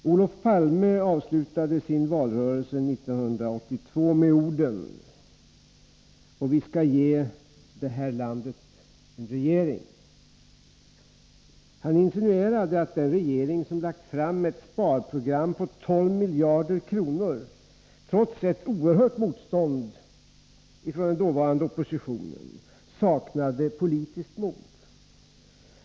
Olof Palme avslutade sin valrörelse 1982 med orden: ”——— och vi skall ge det här landet en regering.” Han insinuerade att den regering som lagt fram ett sparprogram på 12 miljarder kronor, trots ett oerhört motstånd från den dåvarande oppositionen, saknade politiskt mod.